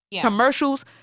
Commercials